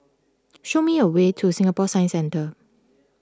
show me the way to Singapore Science Centre